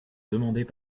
demandait